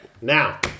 Now